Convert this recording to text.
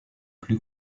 plus